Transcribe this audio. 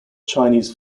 chinese